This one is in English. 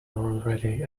already